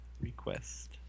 request